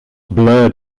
blurred